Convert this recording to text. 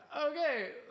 okay